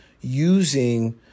using